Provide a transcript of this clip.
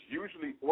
usually